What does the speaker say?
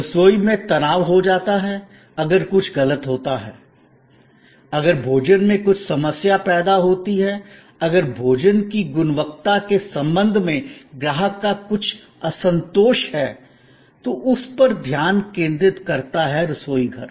रसोई में तनाव हो जाता है अगर कुछ गलत हो जाता है अगर भोजन में कुछ समस्या पैदा होती है अगर भोजन की गुणवत्ता के संबंध में ग्राहक का कुछ असंतोष है तो उस पर ध्यान केंद्रित करता है रसोईघर